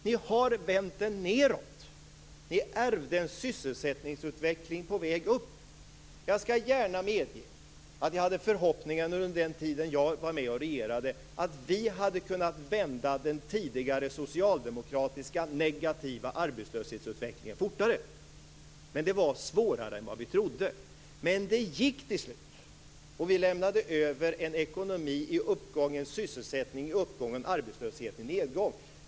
Ni har vänt den nedåt. Ni ärvde en sysselsättningsutveckling på väg upp. Jag skall gärna medge att jag under den tid jag var med och regerade hade förhoppningen att vi skulle kunna vända den tidigare socialdemokratiska negativa arbetslöshetsutvecklingen fortare. Det var dock svårare än vi trodde. Men det gick till slut, och vi lämnade över en ekonomi i uppgång, en sysselsättning i uppgång och en arbetslöshet i nedgång.